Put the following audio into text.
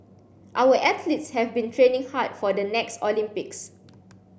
our athletes have been training hard for the next Olympics